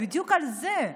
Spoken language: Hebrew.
בדיוק על זה,